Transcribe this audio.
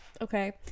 okay